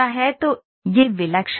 तो यह विलक्षणता है